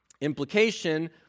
Implication